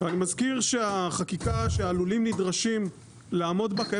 אני מזכיר שהחקיקה שהלולים נדרשים לעמוד בה היא